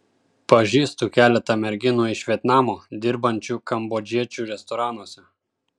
pažįstu keletą merginų iš vietnamo dirbančių kambodžiečių restoranuose